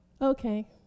Okay